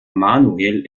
manuel